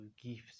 gifts